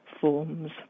forms